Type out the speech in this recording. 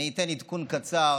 אני אתן עדכון קצר